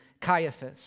Caiaphas